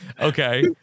Okay